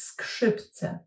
Skrzypce